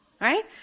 Right